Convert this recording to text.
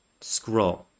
scroll